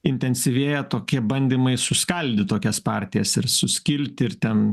intensyvėja tokie bandymai suskaldyt tokias partijas ir suskilti ir ten